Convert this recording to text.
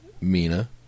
Mina